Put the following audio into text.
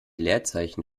leerzeichen